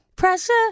pressure